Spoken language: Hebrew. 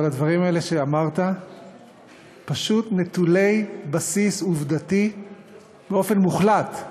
אבל הדברים האלה שאמרת פשוט נטולי בסיס עובדתי באופן מוחלט,